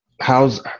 how's